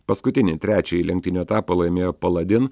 paskutinį trečiąjį lenktynių etapą laimėjo paladin